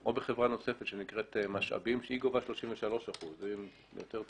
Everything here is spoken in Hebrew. או בחברה נוספת ששמה 'משאבים' והיא גובה 33%. אה,